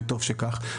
וטוב שכך.